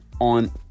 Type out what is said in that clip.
on